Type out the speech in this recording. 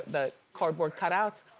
the cardboard cutouts.